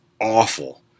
awful